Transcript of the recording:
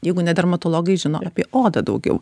jeigu ne dermatologai žino apie odą daugiau